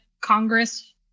Congress